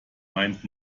meint